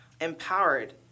empowered